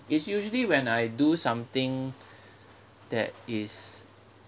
it's usually when I do something that is